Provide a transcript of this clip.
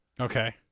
Okay